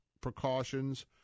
precautions